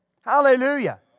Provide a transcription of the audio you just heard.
Hallelujah